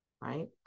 right